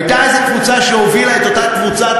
הייתה איזה קבוצה שהובילה את אותה קבוצה